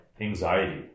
anxiety